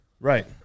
Right